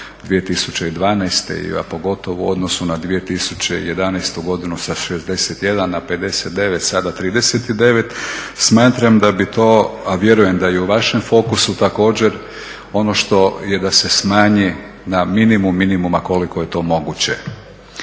2012., a pogotovo u odnosu na 2011.godinu sa 61 na 59 sada 39, smatram da bi to, a vjerujem da i u vašem fokusu također ono što je da se smanji na minimum minimuma koliko je to moguće.